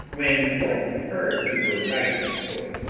when orton heard we were writing this book,